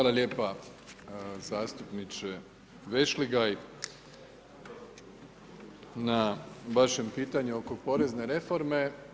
Hvala lijepa zastupniče Vešligaj na vašem pitanju oko porezne reforme.